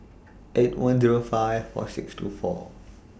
eight one Zero five four six two four